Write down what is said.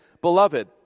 beloved